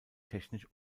technisch